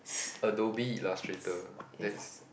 Adobe Illustrator that's